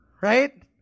Right